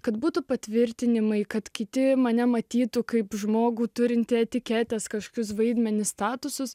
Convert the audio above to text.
kad būtų patvirtinimai kad kiti mane matytų kaip žmogų turintį etiketės kažkokius vaidmenis statusus